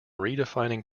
redefining